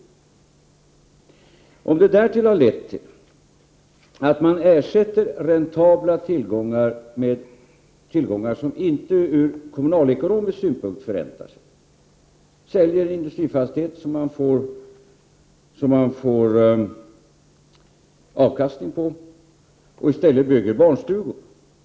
Försäljningarna kan därtill ha lett till att räntabla tillgångar har ersatts med tillgångar som ur kommunalekonomisk synpunkt inte förräntar sig. Man säljer t.ex. en industrifastighet som ger avkastning och bygger i stället barnstugor.